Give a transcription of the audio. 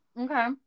Okay